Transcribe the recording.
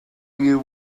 you